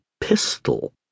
pistol